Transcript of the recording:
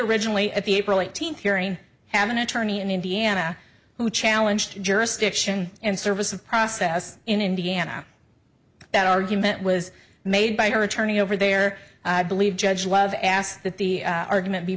originally at the april eighteenth hearing have an attorney in indiana who challenge jurisdiction and service of process in indiana that argument was made by her attorney over there believe judge love asked that the argument be